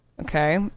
Okay